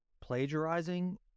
plagiarizing